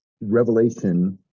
revelation